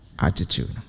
attitude